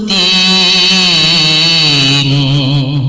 e